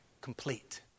complete